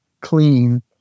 clean